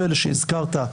אלה שהזכרת,